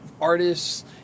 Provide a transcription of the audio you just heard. artists